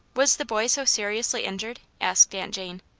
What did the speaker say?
was the boy so seriously injured? asked aunt jane.